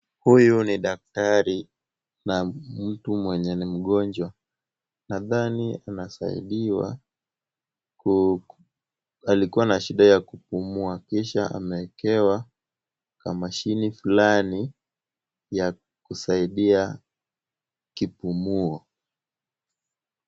Huyu ni daktari na mtu mwenye ni mgonjwa. Nadhani anasaidiwa alikuwa na shida ya kupumua kisha amewekewa kama shini fulani ya kusaidia kipumuo.